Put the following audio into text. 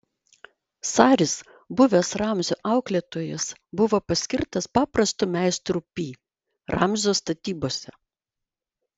saris buvęs ramzio auklėtojas buvo paskirtas paprastu meistru pi ramzio statybose